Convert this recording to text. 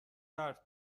درس